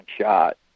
shot